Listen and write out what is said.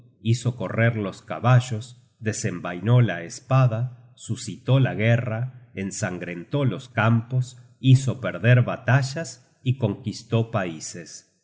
hizo correr los caballos desenvainó la espada suscitó la guerra ensangrentó los campos hizo perder batallas y conquistó paises